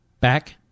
back